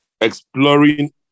Exploring